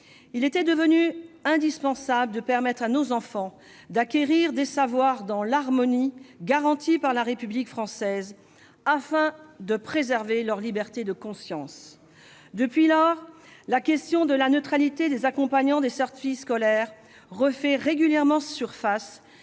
Il était devenu indispensable de permettre à nos enfants d'acquérir des savoirs dans l'harmonie garantie par la République française, afin de préserver leur liberté de conscience. Depuis lors, la question de la neutralité des accompagnants des sorties scolaires refait régulièrement surface,